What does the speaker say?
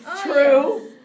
True